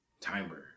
Timer